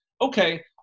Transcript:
okay